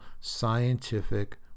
scientific